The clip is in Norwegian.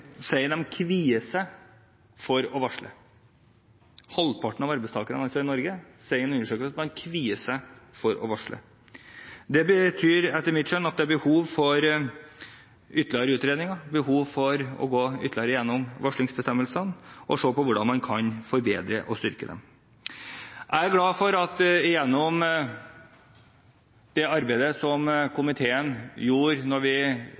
sier at de kvier seg for å varsle – halvparten av arbeidstakerne i Norge sier altså i en undersøkelse at de kvier seg for å varsle. Det betyr etter mitt skjønn at det er behov for ytterligere utredninger, behov for å gå ytterligere gjennom varslingsbestemmelsene og se på hvordan man kan forbedre og styrke dem. Jeg er glad for at komiteen gjennom det arbeidet som den gjorde